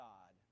God